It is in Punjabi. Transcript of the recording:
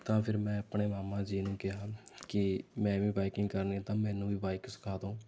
ਤਾਂ ਫਿਰ ਮੈਂ ਆਪਣੇ ਮਾਮਾ ਜੀ ਨੂੰ ਕਿਹਾ ਕਿ ਮੈਂ ਵੀ ਬਾਈਕਿੰਗ ਕਰਨੀ ਤਾਂ ਮੈਨੂੰ ਵੀ ਬਾਈਕ ਸਿਖਾ ਦਿਉ